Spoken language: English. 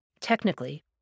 Technically